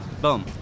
Boom